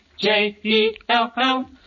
J-E-L-L